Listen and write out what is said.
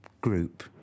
group